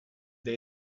they